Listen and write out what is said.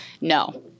No